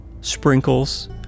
Sprinkles